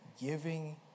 giving